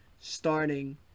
starting